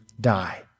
die